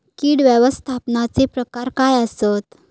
कीड व्यवस्थापनाचे प्रकार काय आसत?